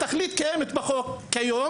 התכלית קיימת בחוק כיום.